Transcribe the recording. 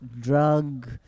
drug